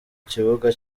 kibuga